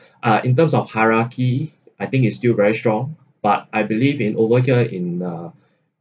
uh in terms of hierarchy I think is still very strong but I believe in over here in uh